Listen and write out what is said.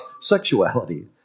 sexuality